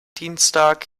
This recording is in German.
dienstag